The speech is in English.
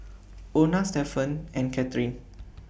Ona Stefan and Cathryn